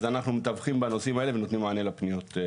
אז אנחנו מתווכים בנושאים האלה ונותנים מענה לפניות.